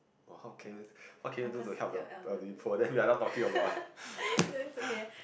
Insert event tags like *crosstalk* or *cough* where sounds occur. !wah! how can you what can you do to help the wealthy poor then we are not talking about *laughs*